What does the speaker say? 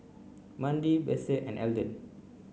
Mandi Besse and Elden